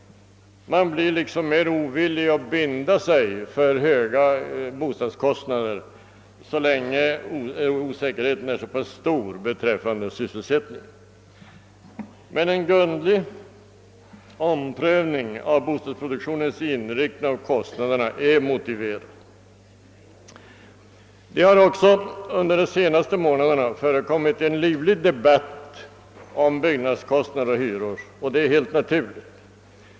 Man blir ovillig att binda sig för höga bostadskostnader så länge osäkerheten är så pass stor beträffande sysselsättningen. En grundlig omprövning av bostadsproduktionens inriktning och kostnader är emellertid motiverad. Det har också under de senaste månaderna förekommit en livlig debatt om byggnadskostnader och hyror, och det är helt naturligt.